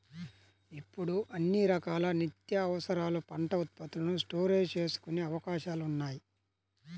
ఇప్పుడు అన్ని రకాల నిత్యావసరాల పంట ఉత్పత్తులను స్టోరేజీ చేసుకునే అవకాశాలున్నాయి